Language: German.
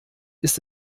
ist